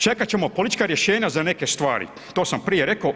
Čekat ćemo politička rješenja za neke stvari, to sam prije rekao.